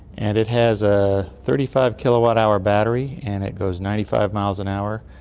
and it has a thirty five kilowatt hour battery and it goes ninety five miles an hour.